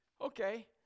okay